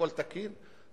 הכול תקין,